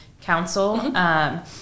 Council